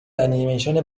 انیمیشن